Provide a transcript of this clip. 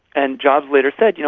and jobs later said, you know,